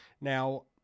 now